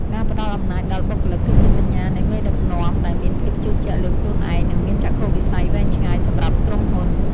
ការផ្តល់អំណាចដល់បុគ្គលិក គឺជាសញ្ញានៃមេដឹកនាំដែលមានភាពជឿជាក់លើខ្លួនឯងនិងមានចក្ខុវិស័យវែងឆ្ងាយសម្រាប់ក្រុមហ៊ុន។